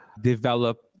develop